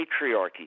patriarchy